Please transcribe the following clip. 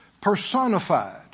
personified